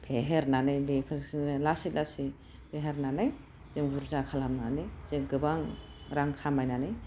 फेहेरनानै बेखौ लासै लासै फेहेरनानै जों बुरजा खालामनानै जों गोबां रां खामायनानै